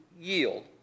yield